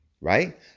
right